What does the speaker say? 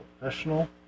professional